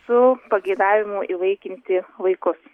su pageidavimu įvaikinti vaikus